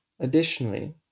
Additionally